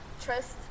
trust